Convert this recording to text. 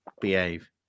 Behave